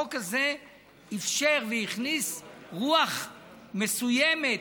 החוק הזה אפשר והכניס רוח מסוימת,